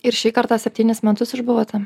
ir šį kartą septynis metus išbuvote